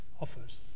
offers